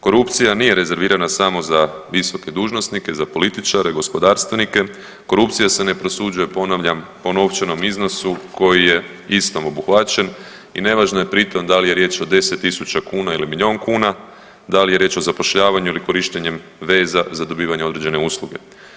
Korupcija nije rezervirana samo za visoke dužnosnike, političare, gospodarstvenike, korupcija se ne prosuđuje ponavljam po novčanom iznosu koji je istom obuhvaćen i nevažno je pri tom da li je riječ o 10 tisuća kuna ili milijun kuna, da li je riječ o zapošljavanju ili korištenjem veza za dobivanje određene usluge.